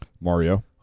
Mario